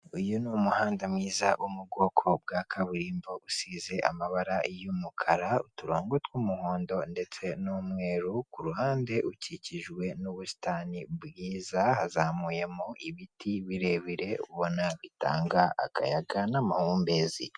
Uyu ni umuhanda mwiza uri mubwoko bwa kaburimbo busize amabara y'umukara, uturongo tw'umuhondo ndetse n'umweru, kuruhande ukikijwe n'ubusitani bwiza, hazamuyemo ibiti birebire ubona bitanga akayaga n'amahumbezi.